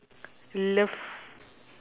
love